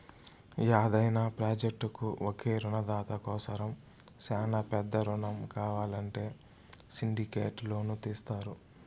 యాదైన ప్రాజెక్టుకు ఒకే రునదాత కోసరం శానా పెద్ద రునం కావాలంటే సిండికేట్ లోను తీస్తారు